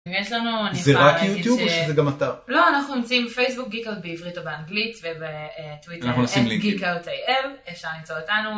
יש לנו, אני א... זה רק יוטיוב או שזה גם אתר? לא, אנחנו נמצאים בפייסבוק GeekOut בעברית ובאנגלית, ובטוויטר at GeekOutIL... אנחנו נשים לינקים